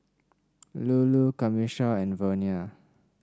Lulu Camisha and Vernia